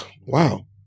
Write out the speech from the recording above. wow